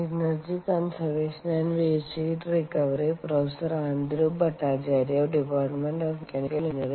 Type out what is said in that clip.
energy കൺസെർവഷന്റെയും waste heat റിക്കവറിയുടെയും അടുത്ത പ്രഭാഷണത്തിലേക്ക് സ്വാഗതം